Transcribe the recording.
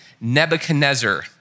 Nebuchadnezzar